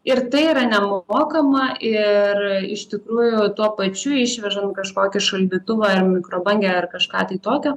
ir tai yra nemokama ir iš tikrųjų tuo pačiu išvežam kažkokį šaldytuvą ar mikrobangę ar kažką tai tokio